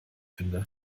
finde